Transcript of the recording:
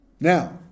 now